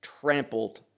trampled